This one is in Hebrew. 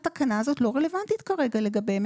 התקנה הזאת לא רלוונטית כרגע לגביהם,